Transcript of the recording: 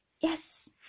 Yes